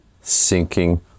sinking